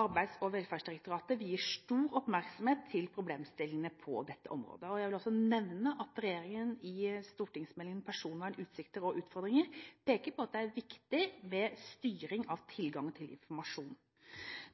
Arbeids- og velferdsdirektoratet vier stor oppmerksomhet til problemstillingene på dette området. Jeg vil også nevne at regjeringen i stortingsmeldingen Personvern – utsikter og utfordringar peker på at det er viktig med styring av tilgangen til informasjon.